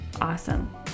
Awesome